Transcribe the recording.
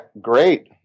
great